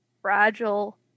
fragile